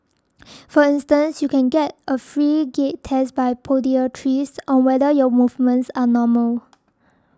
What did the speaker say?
for instance you can get a free gait test by podiatrists on whether your movements are normal